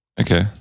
okay